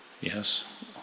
yes